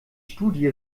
studie